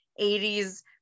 80s